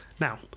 Now